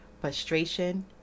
frustration